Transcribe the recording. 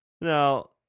Now